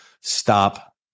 stop